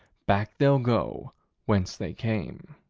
back they'll go whence they came.